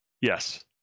Yes